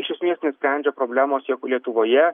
iš esmės nesprendžia problemos jeigu lietuvoje